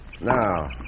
Now